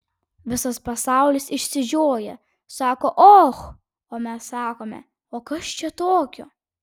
visas pasaulis išsižioja sako och o mes sakome o kas čia tokio